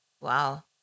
Wow